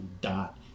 dot